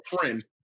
friend